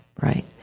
right